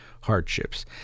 hardships